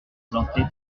planté